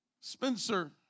Spencer